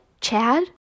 Chad